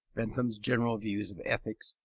bentham's general views of ethics,